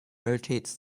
rotates